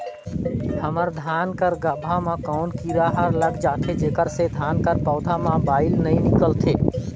हमर धान कर गाभा म कौन कीरा हर लग जाथे जेकर से धान कर पौधा म बाएल नइ निकलथे?